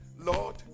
Lord